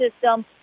system